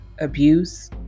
abuse